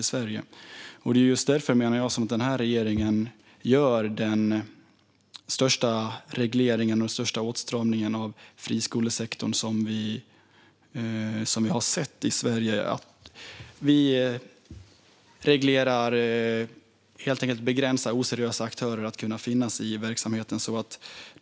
Jag menar att det är just därför som regeringen gör den största regleringen och den största åtstramningen av friskolesektorn som vi har sett i Sverige. Vi reglerar och begränsar helt enkelt så att oseriösa aktörer inte ska kunna vara verksamma.